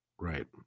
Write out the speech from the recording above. right